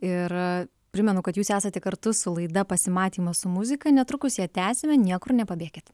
ir primenu kad jūs esate kartu su laida pasimatymas su muzika netrukus ją tęsiame niekur nepabėkit